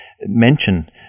mention